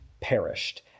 perished